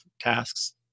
tasks